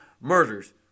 murders